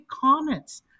comments